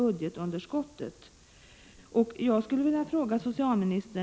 Enligt pressuppgifter planeras en sammanslagning av dessa båda enheter.